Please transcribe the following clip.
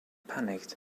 panicked